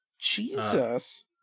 Jesus